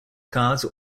cards